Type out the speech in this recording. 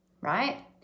right